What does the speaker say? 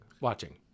Watching